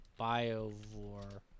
biovore